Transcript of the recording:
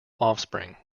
offspring